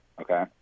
okay